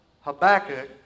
Habakkuk